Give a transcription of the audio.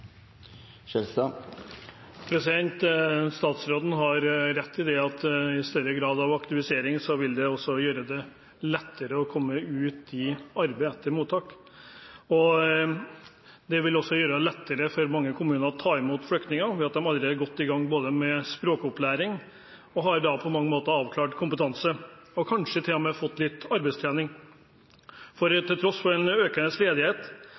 Statsråden har rett i at større grad av aktivisering vil gjøre det lettere å komme ut i arbeid etter mottak. Det vil også gjøre det lettere for mange kommuner å ta imot flyktninger hvis de allerede er godt i gang med språkopplæring og på mange måter har en avklart kompetanse – kanskje til og med har fått litt arbeidstrening. Til tross for en økende ledighet